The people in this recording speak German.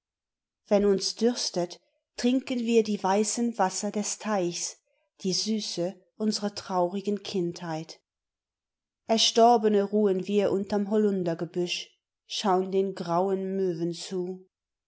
wenn uns dürstet trinken wir die weißen wasser des teichs die süße unserer traurigen kindheit erstorbene ruhen wir unterm hollundergebüsch schaun den grauen möven zu